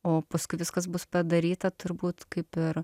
o paskui viskas bus padaryta turbūt kaip ir